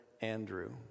Andrew